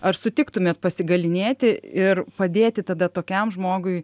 ar sutiktumėt pasigalynėti ir padėti tada tokiam žmogui